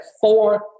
four